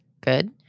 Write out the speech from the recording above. good